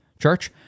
church